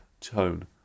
tone